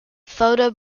photo